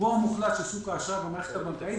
רובו המוחלט של שוק האשראי במערכת הבנקאית,